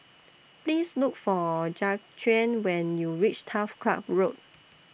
Please Look For Jaquan when YOU REACH Turf Club Road